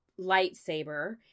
lightsaber